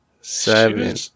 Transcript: Seven